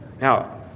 Now